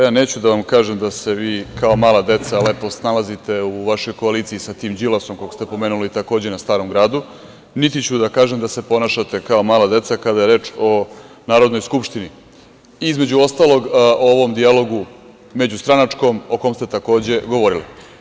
Ja neću da vam kažem da se vi kao mala deca lepo snalazite u vašoj koaliciji sa tim Đilasom, koga ste pomenuli takođe, na Starom Gradu, niti ću da kažem da se ponašate kao mala deca kada je reč o Narodnoj skupštini, između ostalog o u ovom dijalogu međustranačkom o kome ste takođe govorili.